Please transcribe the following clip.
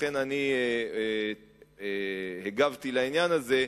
ולכן הגבתי לעניין הזה,